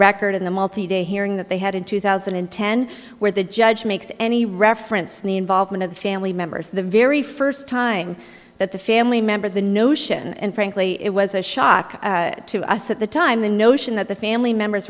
record in the multi day hearing that they had in two thousand and ten where the judge makes any reference to the involvement of the family members the very first time that the family member the notion and frankly it was a shock to us at the time the notion that the family members